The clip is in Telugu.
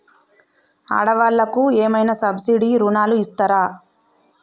ఆడ వాళ్ళకు ఏమైనా సబ్సిడీ రుణాలు ఇస్తారా?